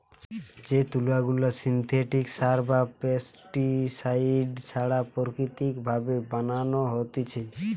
যে তুলা গুলা সিনথেটিক সার বা পেস্টিসাইড ছাড়া প্রাকৃতিক ভাবে বানানো হতিছে